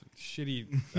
shitty